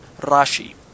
Rashi